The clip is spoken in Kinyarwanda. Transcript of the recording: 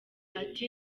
ati